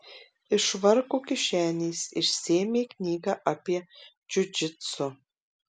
iš švarko kišenės išsiėmė knygą apie džiudžitsu